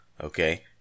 Okay